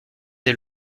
des